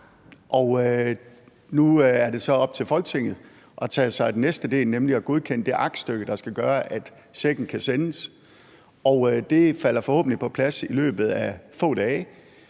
Nu er det så op til Folketinget at tage sig af den næste del, nemlig at godkende det aktstykke, der skal gøre, at checken kan sendes. Det falder forhåbentlig på plads i løbet af få dage,